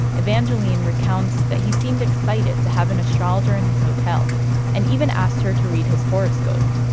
evangeline recounts that he seemed excited to have an astrologer in his hotel and even asked her to read his horoscope.